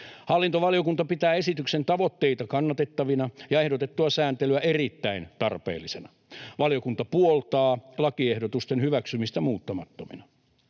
Hallintovaliokunta pitää esityksen tavoitteita kannatettavina ja ehdotettua sääntelyä erittäin tarpeellisena. Valiokunta puoltaa lakiehdotusten hyväksymistä muuttamattomina.